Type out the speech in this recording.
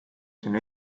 siin